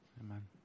Amen